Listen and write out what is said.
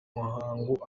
muhangu